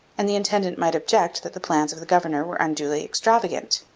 and the intendant might object that the plans of the governor were unduly extravagant.